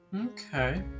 Okay